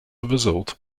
result